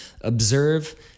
observe